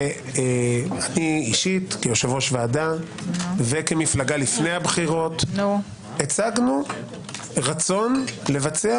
ואני אישית כיושב-ראש ועדה וכמפלגה לפני הבחירות הצגנו רצון לבצע